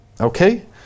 Okay